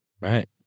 Right